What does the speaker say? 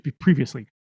previously